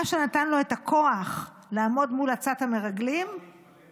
מה שנתן לו את הכוח לעמוד מול עצת המרגלים הוא הלך להתפלל.